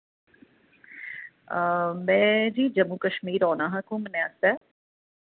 में जी जम्मू कश्मीर औना हा घुम्मने आस्तै